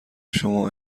شما